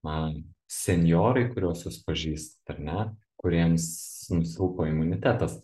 na senjorai kurios jūs pažįstat ar ne kuriems nusilpo imunitetas